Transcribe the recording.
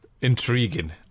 intriguing